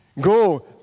Go